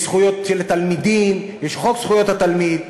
יש זכויות של תלמידים, יש חוק זכויות התלמיד,